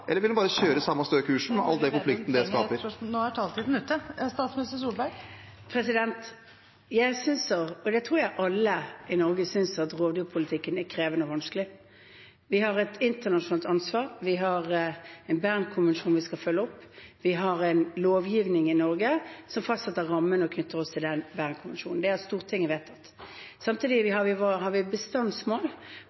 eller vil hun bare kjøre den samme støe kursen, med all konflikten det skaper? Jeg synes – og det tror jeg alle i Norge synes – at rovdyrpolitikken er krevende og vanskelig. Vi har et internasjonalt ansvar, vi har en Bernkonvensjon vi skal følge opp, og i Norge har vi en lovgivning som fastsetter rammene og knytter oss til Bernkonvensjonen. Det har Stortinget vedtatt. Samtidig har vi